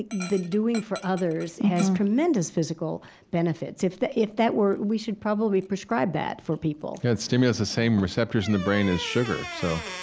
the the doing for others has tremendous physical benefits. if that if that were we should probably prescribe that for people yeah. it stimulates the same receptors in the brain as sugar so,